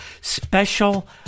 special